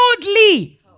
boldly